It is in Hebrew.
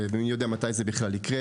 ומי יודע אם ומתי זה בכלל יקרה.